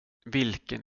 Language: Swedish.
vilken